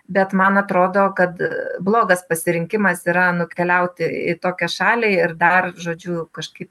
bet man atrodo kad blogas pasirinkimas yra nukeliauti į tokią šalį ir dar žodžiu kažkaip